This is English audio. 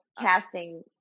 casting